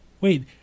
Wait